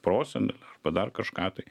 prosenelę arba dar kažką tai